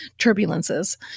turbulences